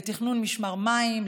לתכנון משמר מים,